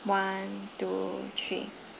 one two three